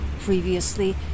previously